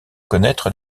connaître